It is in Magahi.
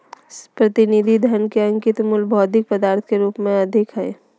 प्रतिनिधि धन के अंकित मूल्य भौतिक पदार्थ के रूप में अधिक हइ